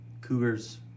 cougars